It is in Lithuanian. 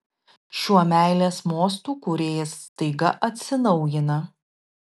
šiuo meilės mostu kūrėjas staiga atsinaujina